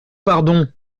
pardon